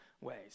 ways